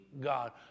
God